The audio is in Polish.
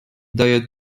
daje